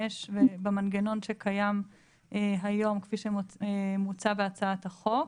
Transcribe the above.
במנגנון שקיים היום כפי שמוצע בהצעת החוק.